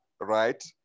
Right